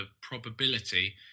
probability